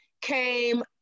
came